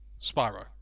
Spyro